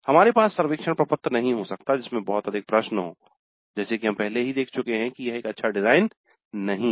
हमारे पास सर्वेक्षण प्रपत्र नहीं हो सकता जिसमें बहुत अधिक प्रश्न हों जैसा कि हम पहले ही देख चुके हैं कि यह एक अच्छा डिज़ाइन नहीं है